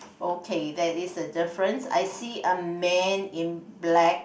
okay that is a difference I see a man in black